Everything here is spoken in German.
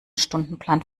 stundenplan